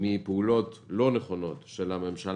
מפעולות לא נכונות של הממשלה.